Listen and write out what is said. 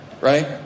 Right